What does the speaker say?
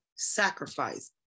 sacrifice